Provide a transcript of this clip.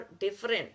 different